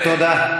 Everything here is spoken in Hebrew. תודה.